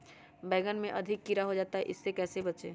बैंगन में अधिक कीड़ा हो जाता हैं इससे कैसे बचे?